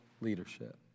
leadership